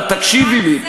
תקשיבי לי,